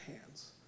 hands